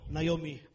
Naomi